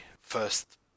first